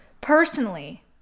Personally